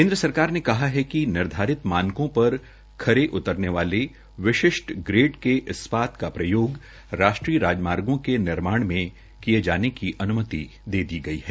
केन्द्र सरकार ने कहा है कि निर्धारित मानकों पर खरे उतरने वाली विशेष ग्रेड के इस्पात का प्रयोग राष्ट्रीय राजमार्गो के निर्माण में किये जाने की मंजूरी दी गई है